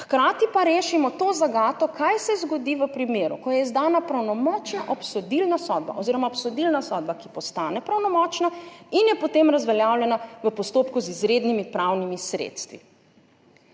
hkrati pa rešimo to zagato, kaj se zgodi v primeru, ko je izdana pravnomočna obsodilna sodba oziroma obsodilna sodba, ki postane pravnomočna in je potem razveljavljena v postopku z izrednimi pravnimi sredstvi.